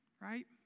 Right